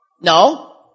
No